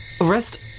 Arrest